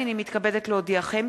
הנני מתכבדת להודיעכם,